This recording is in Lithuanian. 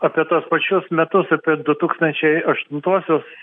apie tuos pačius metus apie du tūkstančiai aštuntuosius